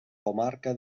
comarca